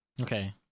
Okay